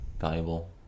valuable